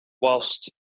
Whilst